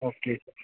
okay